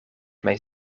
mijn